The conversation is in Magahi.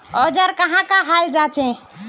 औजार कहाँ का हाल जांचें?